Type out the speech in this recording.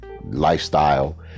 lifestyle